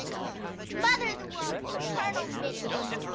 i'm gonna smother the world in eternal midnight.